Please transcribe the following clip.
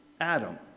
Adam